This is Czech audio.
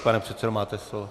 Pane předsedo, máte slovo.